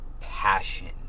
passion